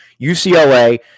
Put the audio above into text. UCLA